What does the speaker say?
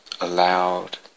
allowed